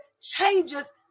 changes